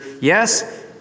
yes